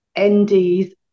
NDs